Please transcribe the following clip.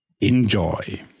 enjoy